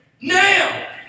Now